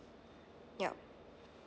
yup